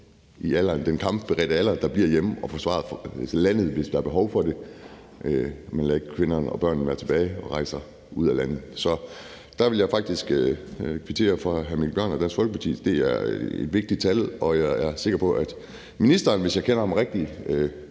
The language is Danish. i den kampberedte alder, der bliver hjemme og forsvarer landet, hvis der er behov for det. Man lader ikke kvinderne og børnene være tilbage og rejser ud af landet. Så det vil jeg faktisk kvittere hr. Mikkel Bjørn og Dansk Folkeparti for. Det er et vigtigt tal, og jeg er sikker på, at ministeren, hvis jeg kender ham rigtigt,